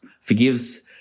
forgives